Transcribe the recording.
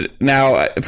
Now